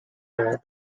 half